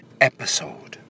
episode